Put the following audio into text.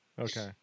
okay